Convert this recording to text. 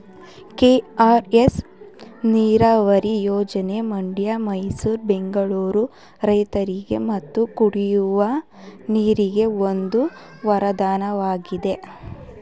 KRS ನೀರವರಿ ಯೋಜನೆ ಮಂಡ್ಯ ಮೈಸೂರು ಬೆಂಗಳೂರು ರೈತರಿಗೆ ಮತ್ತು ಕುಡಿಯುವ ನೀರಿಗೆ ಒಂದು ವರದಾನವಾಗಿದೆ